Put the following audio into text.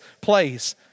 place